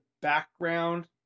background